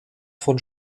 von